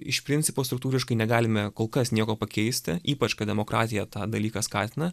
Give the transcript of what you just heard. iš principo struktūriškai negalime kol kas nieko pakeisti ypač kad demokratija tą dalyką skatina